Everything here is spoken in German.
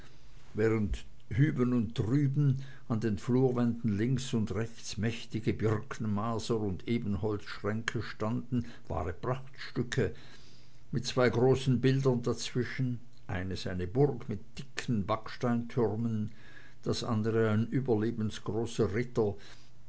während hüben und drüben an den flurwänden links und rechts mächtige birkenmaser und ebenholzschränke standen wahre prachtstücke mit zwei großen bildern dazwischen eines eine burg mit dicken backsteintürmen das andre ein überlebensgroßer ritter